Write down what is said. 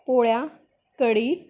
पोळ्या कढी